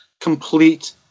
complete